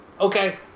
Okay